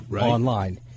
online